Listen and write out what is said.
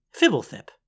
Fibblethip